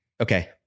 okay